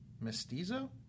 mestizo